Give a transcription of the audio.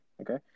Okay